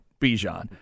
Bijan